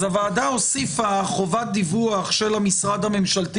אז הוועדה הוסיפה חובת דיווח של המשרד הממשלתי